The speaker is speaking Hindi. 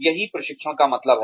यही प्रशिक्षण का मतलब है